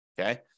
Okay